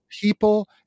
people